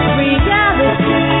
reality